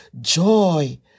joy